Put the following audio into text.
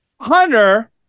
Hunter